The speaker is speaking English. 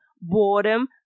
boredom